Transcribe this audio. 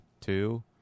two